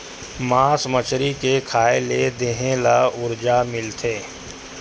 मास मछरी के खाए ले देहे ल उरजा मिलथे